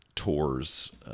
tours